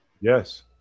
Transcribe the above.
Yes